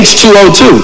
H2O2